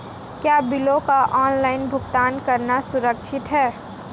क्या बिलों का ऑनलाइन भुगतान करना सुरक्षित है?